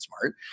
smart